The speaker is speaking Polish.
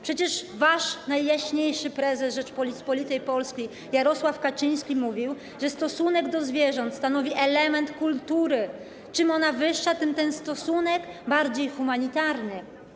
Przecież wasz najjaśniejszy prezes Rzeczypospolitej Polskiej Jarosław Kaczyński mówił, że stosunek do zwierząt stanowi element kultury, czym ona wyższa, tym ten stosunek bardziej humanitarny.